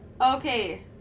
Okay